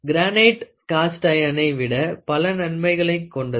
granite cast ஐயனை விட பல நன்மைகளை கொண்டது